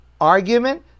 argument